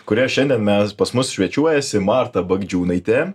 kurią šiandien mes pas mus svečiuojasi marta bagdžiūnaitė